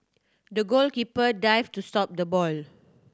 the goalkeeper dived to stop the ball